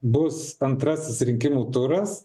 bus antrasis rinkimų turas